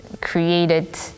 created